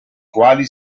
quali